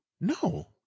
No